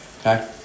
okay